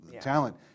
talent